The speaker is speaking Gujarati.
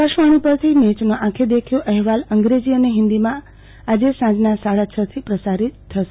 આકાશવાણી પરથી મેચનો આંખે દેખ્યો અહેવાલ અંગ્રેજી અને હિન્દીમાં આવતીકાલે આજે સાંજે સાડા છ વાગ્યાથી પ્રસારીત થશે